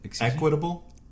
equitable